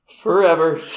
forever